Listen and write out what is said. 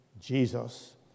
Jesus